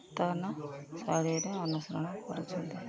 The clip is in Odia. ନୂତନ ଶୈଳୀର ଅନୁସରଣ କରୁଛନ୍ତି